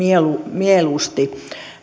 mieluusti